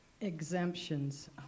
exemptions